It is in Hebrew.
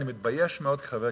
אני מתבייש מאוד כחבר כנסת,